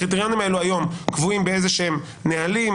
הקריטריונים האלו היום קבועים באיזשהם נהלים,